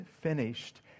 finished